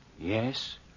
Yes